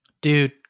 Dude